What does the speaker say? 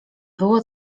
było